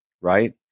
right